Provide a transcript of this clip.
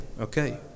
okay